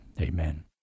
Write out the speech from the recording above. Amen